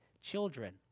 children